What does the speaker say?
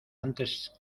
antes